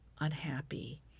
unhappy